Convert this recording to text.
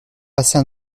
passer